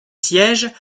siègent